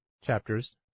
chapters